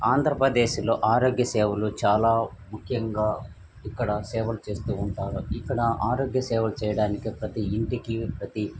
ఆంధ్రప్రదేశ్లో ఆరోగ్య సేవలు చాలా ముఖ్యంగా ఇక్కడ సేవలు చేస్తూ ఉంటారు ఇక్కడ ఆర్యోగ సేవలు చేయడానికి ప్రతి ఇంటికి ప్రతి